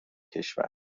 کشور